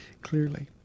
clearly